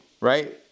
right